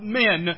men